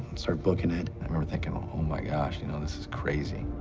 start booking it. i remember thinking, oh my gosh, you know, this is crazy.